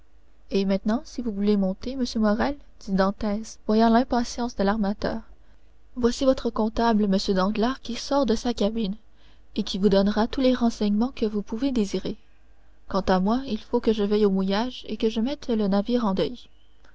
et maintenant si vous voulez monter monsieur morrel dit dantès voyant l'impatience de l'armateur voici votre comptable m danglars qui sort de sa cabine et qui vous donnera tous les renseignements que vous pouvez désirer quant à moi il faut que je veille au mouillage et que je mette le navire en deuil